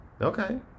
Okay